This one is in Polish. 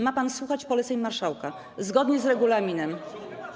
Ma pan słuchać poleceń marszałka zgodnie z regulaminem.